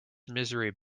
misery